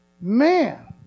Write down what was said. Man